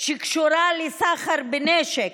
שקשורה לסחר בנשק,